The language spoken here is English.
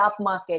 upmarket